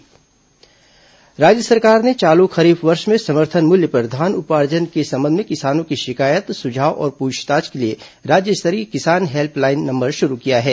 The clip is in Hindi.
किसान हेल्पलाइन नंबर राज्य सरकार ने चालू खरीफ वर्ष में समर्थन मूल्य पर धान उपार्जन के संबंध में किसानों की शिकायत सुझाव और पूछताछ के लिए राज्य स्तरीय किसान हेल्पलाइन नंबर शुरू किया है